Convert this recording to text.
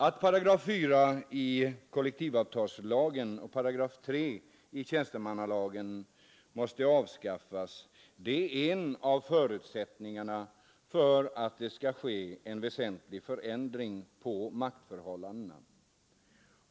Att 4 § i kollektivavtalslagen och 3 § i tjänstemannalagen avskaffas är en av förutsättningarna för att det skall ske en väsentlig förändring av maktförhållandena.